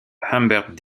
humbert